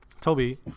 toby